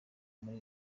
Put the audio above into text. muri